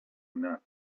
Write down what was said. none